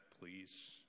please